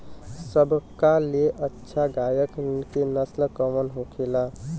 सबका ले अच्छा गाय के नस्ल कवन होखेला?